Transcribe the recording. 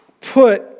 put